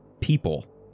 people